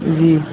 جی